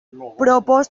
proposta